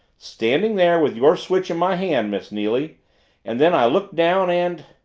standing there with your switch in my hand, miss neily and then i looked down and,